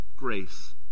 grace